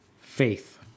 Faith